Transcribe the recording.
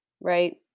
Right